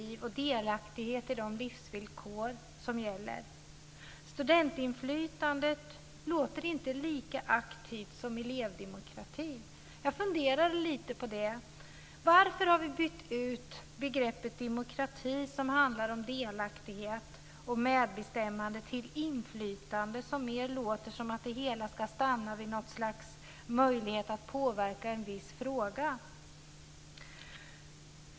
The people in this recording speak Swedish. Kvalitet är också delaktighet i fråga om de livsvillkor som gäller. Ordet studentinflytande låter inte lika aktivt som ordet elevdemokrati. Jag har funderat lite grann på det. Varför har vi bytt ut begreppet demokrati, som ju handlar om delaktighet och medbestämmande, mot begreppet inflytande, som mer låter som att det hela ska stanna vid ett slags möjlighet att påverka en viss fråga?